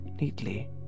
neatly